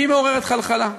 בי מעוררת חלחלה,